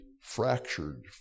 fractured